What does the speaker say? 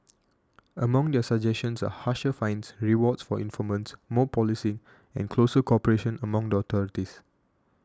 among their suggestions are harsher fines rewards for informants more policing and closer cooperation among the authorities